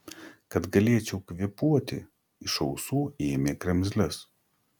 kad galėčiau kvėpuoti iš ausų ėmė kremzles